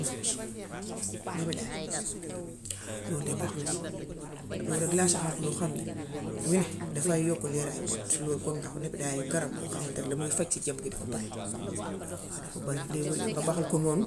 nebedaay lool de baax na ci. Lool rekk laa ci xam loo xam ne ñu ne dafay yokku leeraayu bët; loolu comme ndax nekk na garab boo xamamtani la muy faj ci jëmm ji dafa bare. Léegi-lee nga baxal ko noonu,